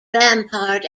rampart